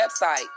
website